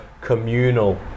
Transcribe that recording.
communal